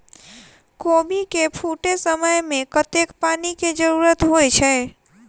कोबी केँ फूटे समय मे कतेक पानि केँ जरूरत होइ छै?